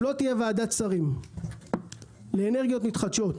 צריכה להיות מוקמת ועדת שרים לאנרגיות מתחדשות,